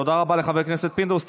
תודה רבה לחבר הכנסת פינדרוס.